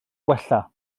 gwella